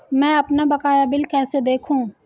मैं अपना बकाया बिल कैसे देखूं?